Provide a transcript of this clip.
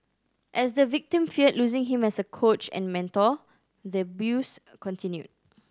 as the victim feared losing him as a coach and mentor the abuse continued